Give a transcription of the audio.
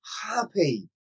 happy